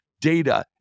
data